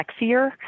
sexier